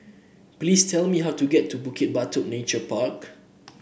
please tell me how to get to Bukit Batok Nature Park